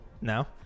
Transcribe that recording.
No